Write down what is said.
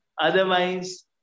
Otherwise